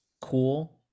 cool